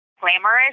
glamorous